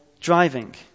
driving